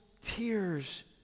tears